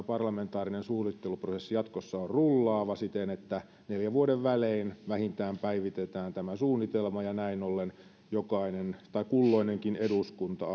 parlamentaarinen suunnitteluprosessi jatkossa on rullaava siten että vähintään neljän vuoden välein päivitetään tämä suunnitelma ja näin ollen kulloinenkin eduskunta